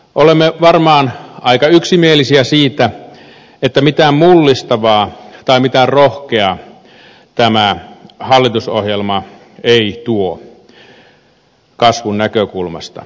olemme varmaan aika yksimielisiä siitä että mitään mullistavaa tai mitään rohkeaa tämä hallitusohjelma ei tuo kasvun näkökulmasta